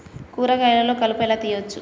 కూరగాయలలో కలుపు ఎలా తీయచ్చు?